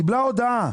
קיבלה הודעה.